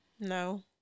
no